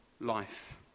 life